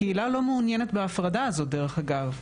הקהילה לא מעוניינת בהפרדה הזאת, דרך אגב.